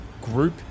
group